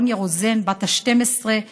דוניה רוזן בת ה-12,